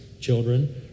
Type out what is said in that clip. children